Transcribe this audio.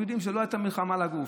אנחנו יודעים שלא הייתה מלחמה על הגוף,